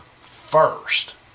first